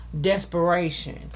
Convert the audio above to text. desperation